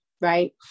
right